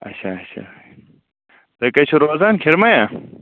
اچھا اچھا تُہۍ کتہِ چھِو روزان کھرمٕے یا